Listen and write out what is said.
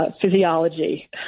physiology